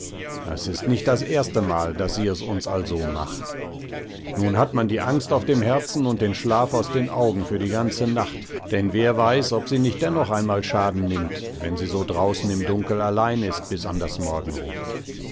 es ist nicht das erstemal daß sie es uns also macht nun hat man die angst auf dem herzen und den schlaf aus den augen für die ganze nacht denn wer weiß ob sie nicht dennoch einmal schaden nimmt wenn sie so draußen im dunkel allein ist bis an das morgenrot